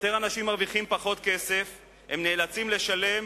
ויותר אנשים מרוויחים פחות כסף, הם נאלצים לשלם